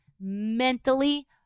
mentally